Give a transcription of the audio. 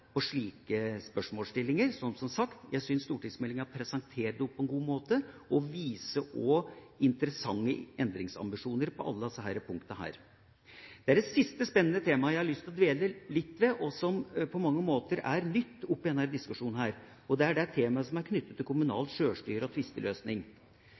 på slike spørsmålsstillinger. Som sagt: Jeg syns stortingsmeldinga presenterer dem på en god måte og også viser interessante endringsambisjoner på alle disse punktene. Det er det siste spennende temaet jeg har lyst til å dvele litt ved, og som på mange måter er nytt i denne diskusjonen, og det er det temaet som er knyttet til